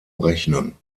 rechnen